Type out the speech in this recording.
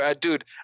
Dude